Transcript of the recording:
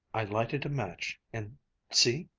i lighted a match and see.